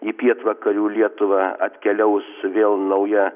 į pietvakarių lietuvą atkeliaus vėl nauja